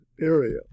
area